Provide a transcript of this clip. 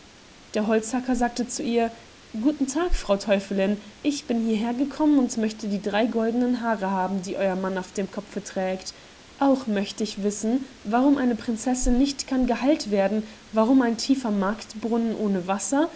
der holzhacker sagte zu ihr guten tag frau teufelin ich bin hierher gekommen und möchte die drei goldenen haare haben die euer mann auf dem kopfe trägt auch mögt ich wissen warum eine prinzessin nicht kann geheilt werden warum ein tiefer marktbrunnen ohne wasser